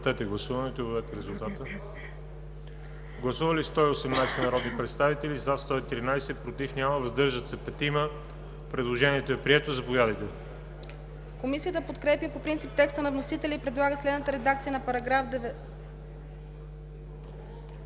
Комисията подкрепя по принцип текста на вносителя и предлага следната редакция на § 2,